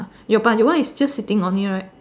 your but your one is just sitting on it right